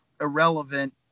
irrelevant